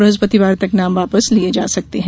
बृहस्पतिवार तक नाम वापस लिये जा सकते हैं